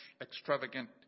extravagant